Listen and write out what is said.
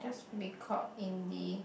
just be called indie